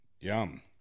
Yum